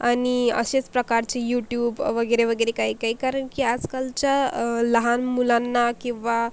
आणि अशाच प्रकारची यूट्यूब वगैरे वगैरे काही काही कारण की आजकालच्या लहान मुलांना किंवा